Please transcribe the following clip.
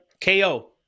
KO